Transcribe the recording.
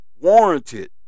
warranted